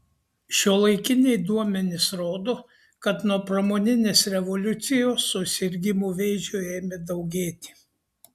šiuolaikiniai duomenys rodo kad nuo pramoninės revoliucijos susirgimų vėžiu ėmė daugėti